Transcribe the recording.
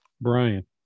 Brian